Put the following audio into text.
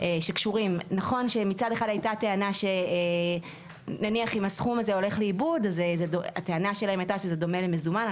הייתה טענה לפיה זה דומה למזומן.